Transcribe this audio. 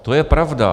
To je pravda.